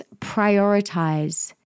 prioritize